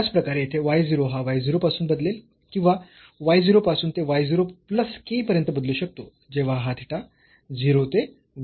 त्याचप्रकारे येथे y 0 हा y 0 पासून बदलेल किंवा y 0 पासून ते y 0 प्लस k पर्यंत बदलू शकतो जेव्हा हा थिटा 0 ते 1 बदलतो